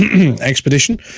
expedition